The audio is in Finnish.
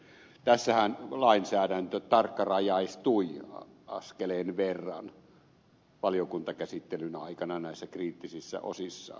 tässähän lainsäädäntö tarkkarajaistui askeleen verran valiokuntakäsittelyn aikana näissä kriittisissä osissaan